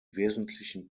wesentlichen